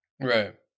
Right